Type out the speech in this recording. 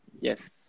Yes